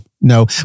no